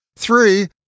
Three